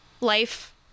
life